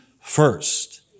first